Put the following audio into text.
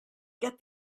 get